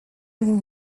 vous